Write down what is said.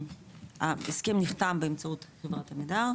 ההסכם נחתם באמצעות חברת עמידר,